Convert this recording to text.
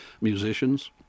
musicians